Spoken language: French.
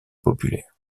populaire